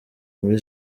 muri